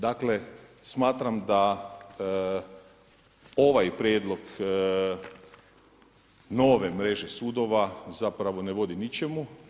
Dakle smatram da ovaj prijedlog nove mreže sudova zapravo ne vodi ničemu.